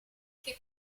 che